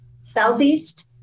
Southeast